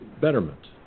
Betterment